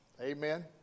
amen